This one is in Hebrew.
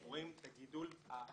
אנחנו רואים את הגידול המשמעותי,